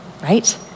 right